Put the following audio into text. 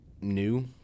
new